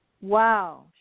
wow